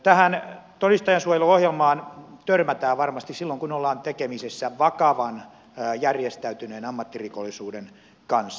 tähän todistajansuojeluohjelmaan törmätään varmasti silloin kun ollaan tekemisissä vakavan järjestäytyneen ammattirikollisuuden kanssa